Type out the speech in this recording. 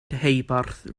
deheubarth